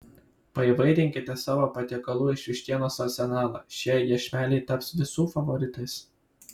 paįvairinkite savo patiekalų iš vištienos arsenalą šie iešmeliai taps visų favoritais